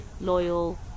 Loyal